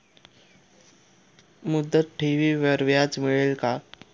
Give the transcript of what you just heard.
मुदत ठेवीवर व्याज मिळेल का?